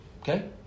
Okay